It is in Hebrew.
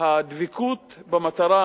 הדבקות במטרה